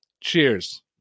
cheers